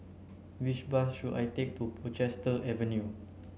which bus should I take to Portchester Avenue